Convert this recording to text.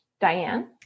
Diane